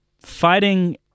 fighting